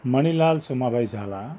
Manilal Somabhai Jhala